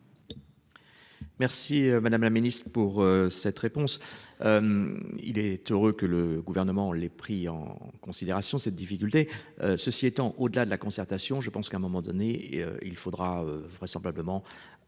Merci, madame la Ministre pour cette réponse. Il est heureux que le gouvernement les pris en considération cette difficulté. Ceci étant, au-delà de la concertation. Je pense qu'à un moment donné il faudra vraisemblablement